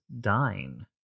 Dine